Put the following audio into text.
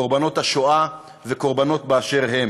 קורבנות השואה וקורבנות באשר הם.